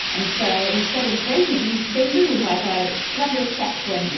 and so instead of breaking they move like a slender sapling. yeah